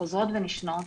חוזרות ונשנות,